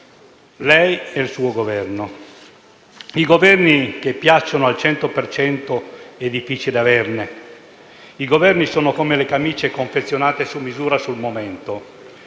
lei e il suo Governo. Esecutivi che piacciano al 100 per cento è difficile averne: i Governi sono come le camicie confezionate su misura sul momento,